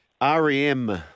R-E-M